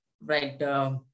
right